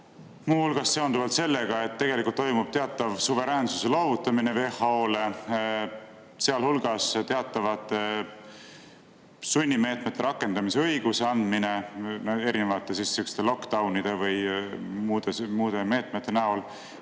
muu hulgas seonduvalt sellega, et tegelikult toimub teatav suveräänsuse loovutamine WHO‑le, sealhulgas teatavate sunnimeetmete rakendamise õiguse andmine erinevate sihukestelockdown'ide või muude meetmete näol.